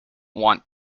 want